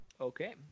Okay